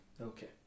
Okay